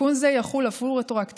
תיקון זה יחול אף הוא רטרואקטיבית